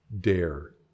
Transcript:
dare